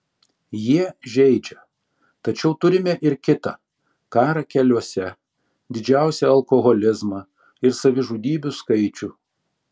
jie žeidžia tačiau turime ir kita karą keliuose didžiausią alkoholizmą ir savižudybių skaičių